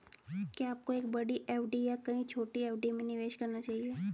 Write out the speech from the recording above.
क्या आपको एक बड़ी एफ.डी या कई छोटी एफ.डी में निवेश करना चाहिए?